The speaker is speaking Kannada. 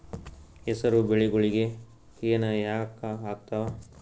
ಹೆಸರು ಬೆಳಿಗೋಳಿಗಿ ಹೆನ ಯಾಕ ಆಗ್ತಾವ?